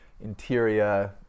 interior